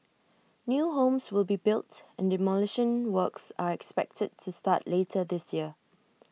new homes will be built and demolition works are expected to start later this year